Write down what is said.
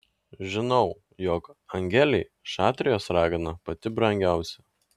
žinau jog angelei šatrijos ragana pati brangiausia